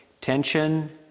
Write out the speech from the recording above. Tension